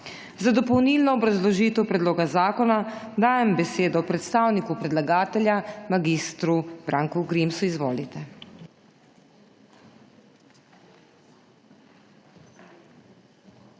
Za dopolnilno obrazložitev predloga zakona dajem besedo predstavniku predlagatelja mag. Branku Grimsu. Izvolite.